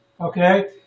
okay